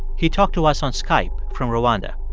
he talked to us on skype from rwanda.